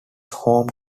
home